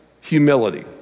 humility